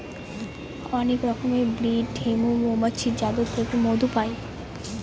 অনেক রকমের ব্রিড হৈমু মৌমাছির যাদের থেকে মধু পাই